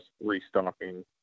restocking